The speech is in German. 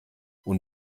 und